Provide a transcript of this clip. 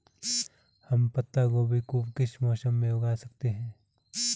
हम पत्ता गोभी को किस मौसम में उगा सकते हैं?